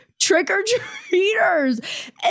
trick-or-treaters